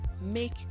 Make